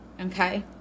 okay